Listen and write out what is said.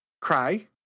Cry